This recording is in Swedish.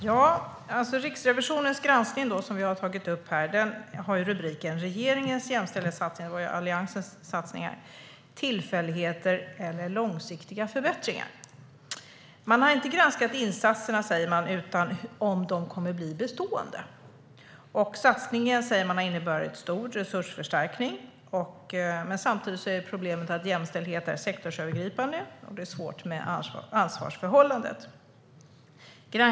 Herr talman! Riksrevisionens granskning, som vi har tagit upp här, har rubriken Regeringens jämställdhetssatsning - tillfälligheter eller långsiktiga förbättringar? Det är alltså Alliansens satsning man talar om. Riksrevisionen säger att man inte har granskat insatserna utan huruvida de kommer att bli bestående. Satsningen har inneburit en stor resursförstärkning, men samtidigt är problemet att jämställdhet är sektorsövergripande och att det är svårt med ansvarsförhållandet, menar man.